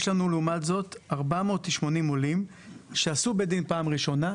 יש לנו לעומת זאת 480 עולים שעשו בית דין פעם ראשונה,